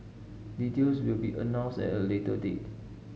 details will be announced at a later date